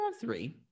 three